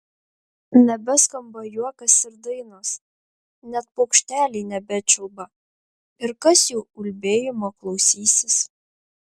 nebeskamba juokas ir dainos net paukšteliai nebečiulba ir kas jų ulbėjimo klausysis